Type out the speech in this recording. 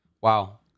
Wow